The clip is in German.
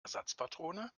ersatzpatrone